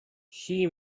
she